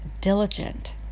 diligent